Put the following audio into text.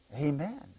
Amen